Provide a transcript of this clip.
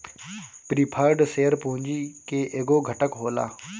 preferred share पूंजी के एगो घटक होला